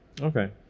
Okay